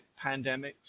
pandemics